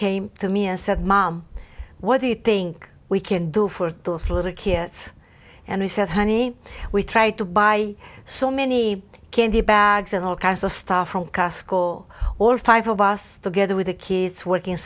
came to me and said mom what do you think we can do for those little kids and he said honey we try to buy so many candy bags and all kinds of stuff from cask or all five of us together with the kids working